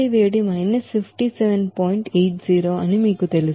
80 అని మీకు తెలుసు